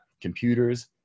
computers